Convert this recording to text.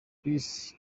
chris